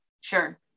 Sure